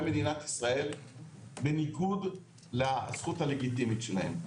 מדינת ישראל בניגוד לזכות הלגיטימית שלהם.